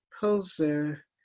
poser